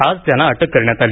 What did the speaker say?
आज त्यांना अटक करण्यात आली